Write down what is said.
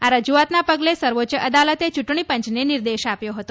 આ રજૂઆતના પગલે સર્વોચ્ચ અદાલતે ચૂંટણી પંચને નિર્દેશ આપ્યો હતો